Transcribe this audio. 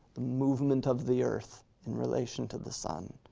the movement of the earth in relation to the sun.